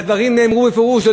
והדברים נאמרו בפירוש.